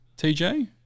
TJ